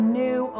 new